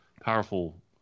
powerful